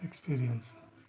experience